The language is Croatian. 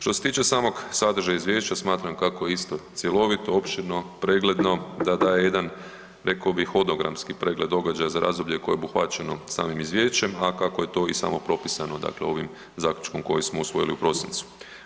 Što se tiče samog sadržaja izvješća, smatram kako je isto cjelovito, opširno, pregledno, da daje jedan rekao bih hodogramski pregled događa za razdoblje koje je obuhvaćeno samim izvješćem a kako je to i samo pripisano dakle ovim zaključkom kojeg smo usvojili u prosincu.